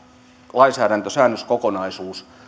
lainsäädäntösäännöskokonaisuus